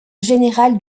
général